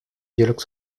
dialogue